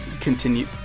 continue